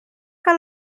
que